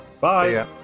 Bye